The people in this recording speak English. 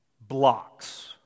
blocks